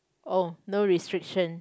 oh no restriction